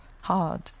hard